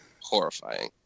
Horrifying